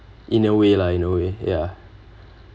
in a way lah in a way ya